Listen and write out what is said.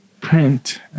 print